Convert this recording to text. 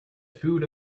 food